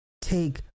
take